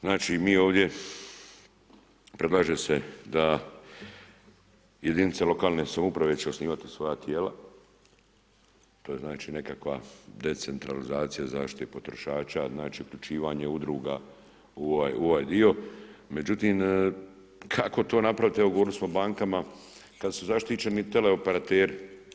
Znači mi ovdje, predlaže se da jedinice lokalne samouprave će osnivati svoja tijela, to znači nekakva decentralizacija zaštite potrošača, znači uključivanje udruga u ovaj dio, međutim kako to napraviti, evo govorili smo o bankama kad su zaštićeni tele operateri?